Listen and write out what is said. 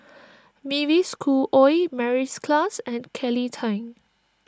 Mavis Khoo Oei Mary's Klass and Kelly Tang